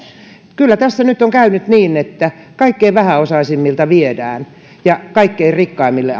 kyllä tässä nyt on käynyt niin että kaikkein vähäosaisimmilta viedään ja kaikkein rikkaimmille